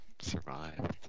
survived